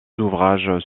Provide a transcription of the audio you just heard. ouvrages